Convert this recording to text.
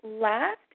last